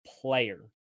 player